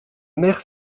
mère